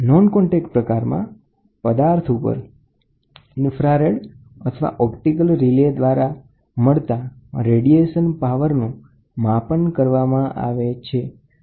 non contact પ્રકારમાં પદાર્થ ઉપર ઇન્ફ્રારેડ અથવા ઓપ્ટિકલ રિલે દ્વારા મળતા રેડિયેશન પાવરનું માપન કરવામાં આવે છે